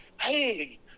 Hey